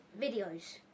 videos